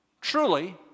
truly